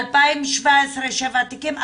ב-2017 שבעה תיקים,